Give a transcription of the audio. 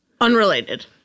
Unrelated